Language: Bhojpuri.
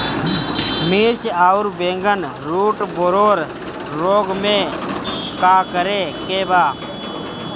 मिर्च आउर बैगन रुटबोरर रोग में का करे के बा?